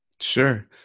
Sure